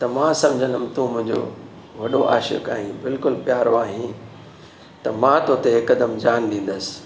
मा सम्झंदमि तूं मुंहिंजो वॾो आशिक़ु आहीं बिल्कुलु प्यारो आहीं त मां तो ते हिकदमि जान ॾींदसि